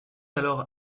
alors